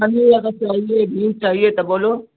पनीर वगैरह चाहिए घी चाहिए तो बोलो